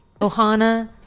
Ohana